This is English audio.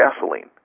gasoline